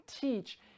teach